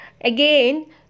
again